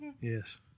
yes